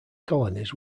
colonies